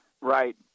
Right